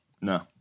No